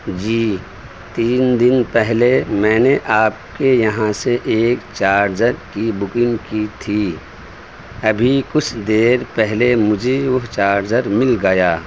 جی تین دن پہلے میں نے آپ کے یہاں سے ایک جارجر کی بکنگ کی تھی ابھی کچھ دیر پہلے مجھے وہ چارجر مل گیا